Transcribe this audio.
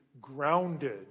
grounded